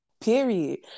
period